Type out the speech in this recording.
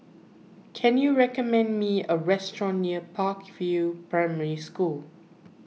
can you recommend me a restaurant near Park View Primary School